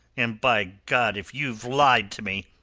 and, by god, if you've lied to me.